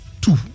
two